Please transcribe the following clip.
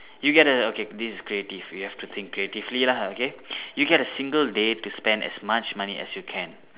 you get a okay this is creative you have to think creatively lah okay you get a single day to spend as much money as you can